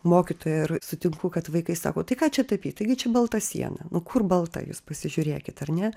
mokytoja ir sutinku kad vaikai sako tai ką čia tapyt taigi čia balta siena nu kur balta jūs pasižiūrėkit ar ne